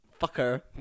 Fucker